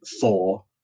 four